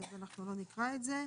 אז אנחנו לא נקרא את זה.